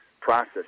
process